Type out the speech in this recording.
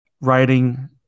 writing